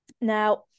Now